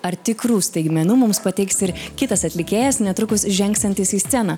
ar tikrų staigmenų mums pateiks ir kitas atlikėjas netrukus žengsiantis į sceną